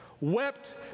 wept